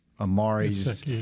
Amari's